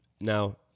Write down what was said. Now